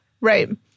Right